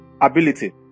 ability